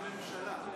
לממשלה.